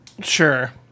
Sure